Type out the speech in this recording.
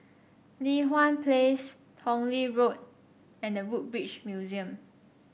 Li Hwan Place Tong Lee Road and The Woodbridge Museum